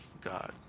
God